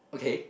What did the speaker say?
okay